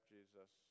Jesus